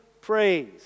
praise